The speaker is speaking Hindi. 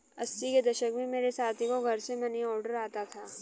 अस्सी के दशक में मेरे साथी को घर से मनीऑर्डर आता था